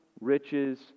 riches